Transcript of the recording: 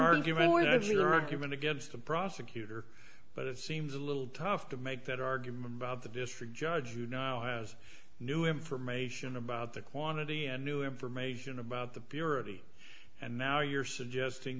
argument against the prosecutor but it seems a little tough to make that argument about the district judge you know has new information about the quantity and new information about the purity and now you're suggesting